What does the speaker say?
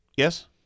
Yes